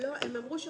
56